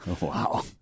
Wow